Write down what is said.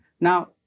Now